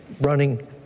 running